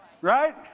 Right